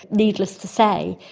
needless to say,